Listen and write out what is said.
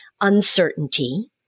uncertainty